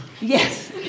Yes